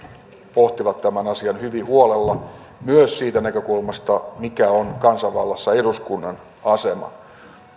pohtivat tämän asian hyvin huolella myös siitä näkökulmasta mikä on kansanvallassa eduskunnan asema